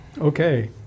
Okay